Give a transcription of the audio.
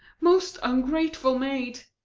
most ungrateful maid!